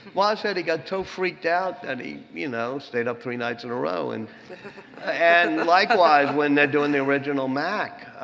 woz said he got so freaked out that and he, you know, stayed up three nights in a row. and and likewise, when they're doing the original mac,